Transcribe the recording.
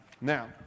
Now